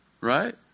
Right